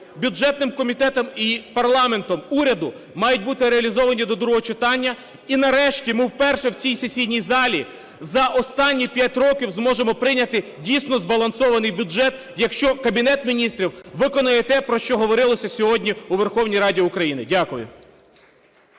бюджетним комітетом і парламентом уряду, мають бути реалізовані до другого читання. І, нарешті, ми вперше в цій сесійні залі за останні 5 років зможемо прийняти дійсно збалансований бюджет, якщо Кабінет Міністрів виконає те, про що говорилося сьогодні у Верховній Раді України. Дякую.